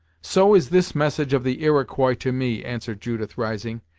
so is this message of the iroquois to me, answered judith rising,